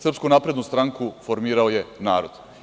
Srpsku naprednu stranku formirao je narod.